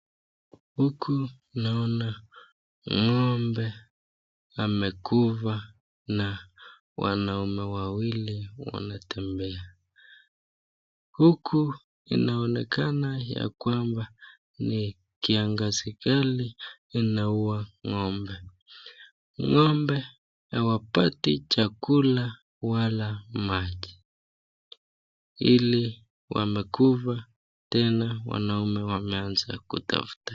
Huku naona ng'ombe amekufa na wanaume wawili wanatembea. Huku inaonekana ya kwamba ni kiangazi kali kinaua ng'ombe. Ng'ombe hawapati chakula wala maji ili wamekufa tena wanaume wameanza kutafuta.